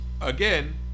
Again